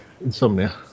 Insomnia